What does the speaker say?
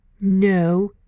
no